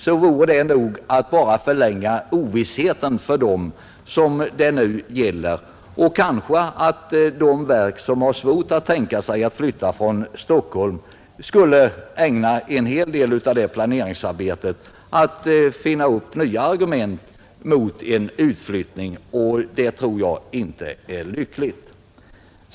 Jag tror att det bara vore att förlänga ovissheten för dem det nu gäller, och de verk som har svårt att tänka sig att flytta från Stockholm skulle kanske ägna en hel del av planeringsarbetet åt att finna upp nya argument mot en utflyttning. Det tror jag inte vore lyckligt.